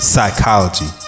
Psychology